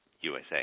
USA